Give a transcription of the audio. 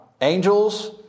Angels